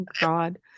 God